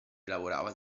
lavorava